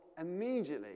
immediately